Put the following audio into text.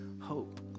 hope